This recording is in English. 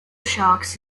sharks